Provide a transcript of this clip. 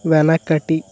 వెనకటి